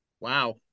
Wow